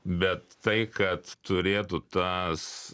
bet tai kad turėtų tas